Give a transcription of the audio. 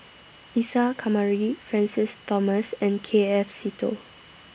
Isa Kamari Francis Thomas and K F Seetoh